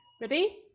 Ready